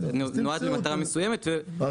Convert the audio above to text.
שנועד למטרה מסוימת ויכול להשיג את אותה מטרה ב --- אז